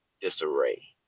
disarray